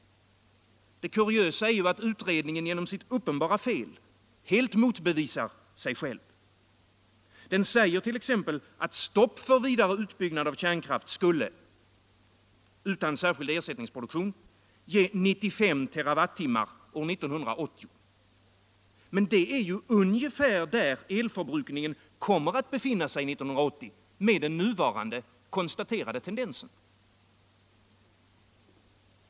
Det kuriösa är ju att utredningen genom sitt uppenbara fel helt motbevisar sig själv. Den säger t.ex. att stopp för vidare utbyggnad av kärnkraft skulle — utan särskild ersättningsproduktion — ge 95 terawattimmar år 1980. Men det är ju ungefär där elförbrukningen kommer att befinna sig år 1980, med nu rådande tendens.